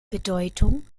bedeutung